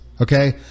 Okay